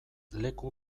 leku